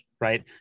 right